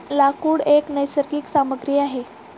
लाकूड एक नैसर्गिक सामग्री आहे